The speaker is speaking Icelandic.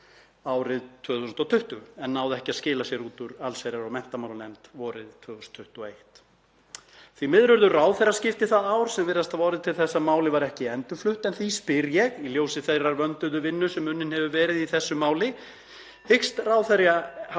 árið 2020 en náði ekki að skila sér út úr allsherjar- og menntamálanefnd vorið 2021. Því miður urðu ráðherraskipti það ár sem virðast hafa orðið til þess að málið var ekki endurflutt en því spyr ég, í ljósi þeirrar vönduðu vinnu sem unnin hefur verið í þessu máli: (Forseti